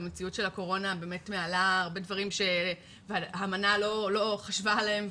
המציאות של הקורונה באמת מעלה הרבה דברים שהאמנה לא חשבה עליהם,